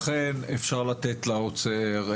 לכן אפשר לתת לאוצר,